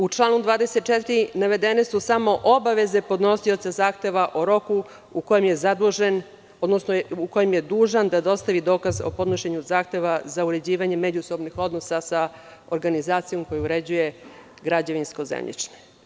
U članu 24. su navedene samo obaveze podnosioca zahteva o roku u kojem je dužan da dostavi dokaz o podnošenju zahteva za uređivanje međusobnih odnosa sa organizacijom koja uređuje građevinsko zemljište.